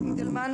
אריאל לוי.